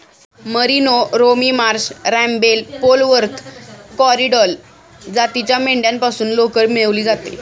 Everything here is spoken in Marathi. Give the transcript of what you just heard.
merino, Romney Marsh, Rambouillet, Polwarth, Corriedale जातीच्या मेंढ्यांपासून लोकर मिळवली जाते